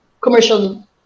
commercial